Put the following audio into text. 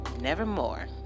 nevermore